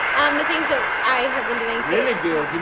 the things that i have been doing. really good if you